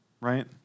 right